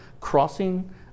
crossing